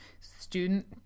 student